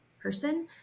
person